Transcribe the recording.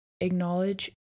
acknowledge